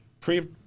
pre